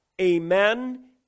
Amen